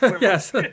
yes